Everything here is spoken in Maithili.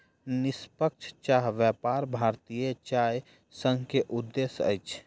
निष्पक्ष चाह व्यापार भारतीय चाय संघ के उद्देश्य अछि